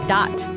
Dot